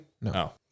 No